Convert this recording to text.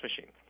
machine